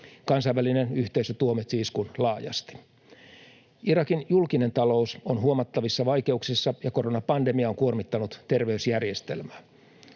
Kansainvälinen yhteisö tuomitsi iskun laajasti. Irakin julkinen talous on huomattavissa vaikeuksissa, ja koronapandemia on kuormittanut terveysjärjestelmää.